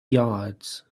yards